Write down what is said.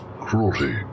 Cruelty